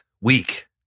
weak